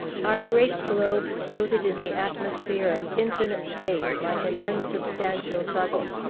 our great globe floated in the atmosphere of infinite space like an unsubstantial bubble.